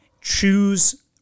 choose